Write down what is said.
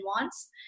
wants